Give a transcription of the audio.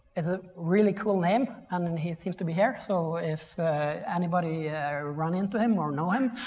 it's a really cool name and and he seems to be here. so if anybody run into him or know him,